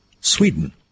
Sweden